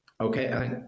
Okay